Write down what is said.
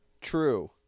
True